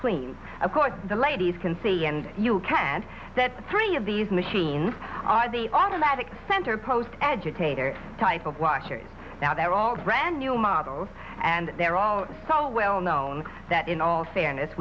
clean of course the ladies can see and you can't that three of these machines are the automatic center post agitator type of washers now they're all brand new models and they're all so well known that in all fairness